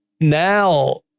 Now